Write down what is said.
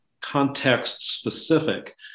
context-specific